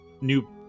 new